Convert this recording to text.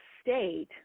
state